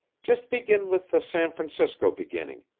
just begin with the san francisco beginning.